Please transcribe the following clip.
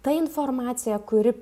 ta informacija kuri